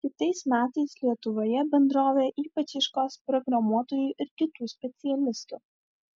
kitais metais lietuvoje bendrovė ypač ieškos programuotojų ir kitų specialistų